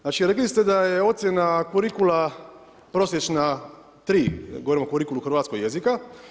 Znači rekli ste da je ocjena kurikula prosječna tri, govorim o kurikulu hrvatskog jezika.